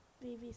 baby